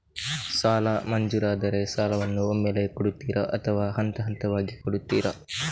ಸಾಲ ಮಂಜೂರಾದರೆ ಸಾಲವನ್ನು ಒಮ್ಮೆಲೇ ಕೊಡುತ್ತೀರಾ ಅಥವಾ ಹಂತಹಂತವಾಗಿ ಕೊಡುತ್ತೀರಾ?